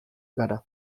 gara